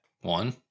One